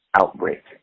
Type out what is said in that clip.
outbreak